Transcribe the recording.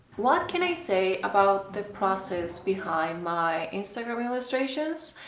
what can i say about the process behind my instagram illustrations?